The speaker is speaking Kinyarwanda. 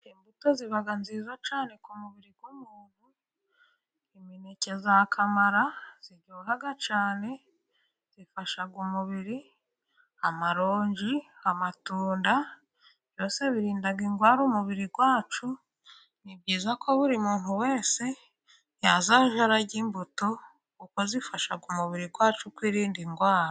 Imbuto ziba nziza cyane ku mubiri w'umuntu. Imineke ya kamara iraryohaha cyane ifasha umubiri. Amaronji, amatunda, byose birinda indware umubiri wacu. Ni byiza ko buri muntu wese yazajya arya imbuto ukazifasha ku mubiri wacu birinda indwara.